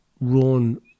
run